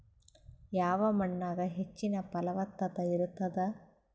ಯಾವ ಮಣ್ಣಾಗ ಹೆಚ್ಚಿನ ಫಲವತ್ತತ ಇರತ್ತಾದ?